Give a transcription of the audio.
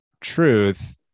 truth